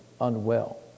unwell